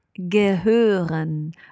Gehören